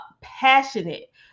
passionate